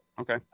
Okay